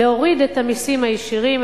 להוריד את המסים הישירים,